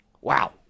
Wow